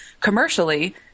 commercially